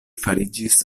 fariĝis